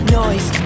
noise